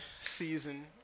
season